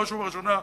בראש ובראשונה,